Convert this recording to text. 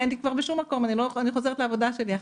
אני בשום מקום, אני חוזרת לעבודה שלי.